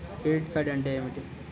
Credit card అంటే ఏమిటి?